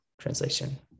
translation